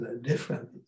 different